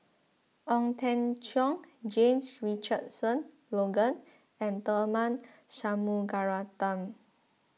Ong Teng Cheong James Richardson Logan and Tharman Shanmugaratnam